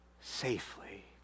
safely